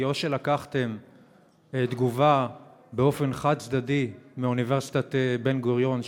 כי או שלקחתם תגובה באופן חד-צדדי מאוניברסיטת בן-גוריון,